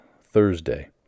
Thursday